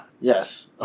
Yes